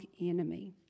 enemy